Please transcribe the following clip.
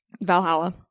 Valhalla